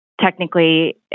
technically